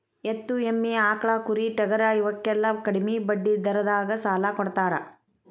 ಎತ್ತು, ಎಮ್ಮಿ, ಆಕ್ಳಾ, ಕುರಿ, ಟಗರಾ ಇವಕ್ಕೆಲ್ಲಾ ಕಡ್ಮಿ ಬಡ್ಡಿ ದರದಾಗ ಸಾಲಾ ಕೊಡತಾರ